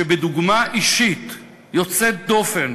שבדוגמה אישית יוצאת דופן